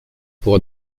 pour